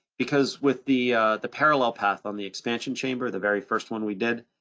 because with the the parallel path on the expansion chamber, the very first one we did,